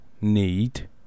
need